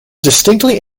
distinctly